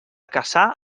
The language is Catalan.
cassà